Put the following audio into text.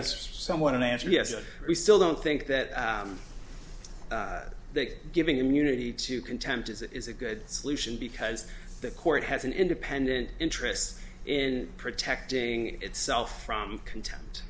that's somewhat an answer yes i still don't think that that giving immunity to contempt is it is a good solution because the court has an independent interest in protecting itself from contempt